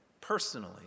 personally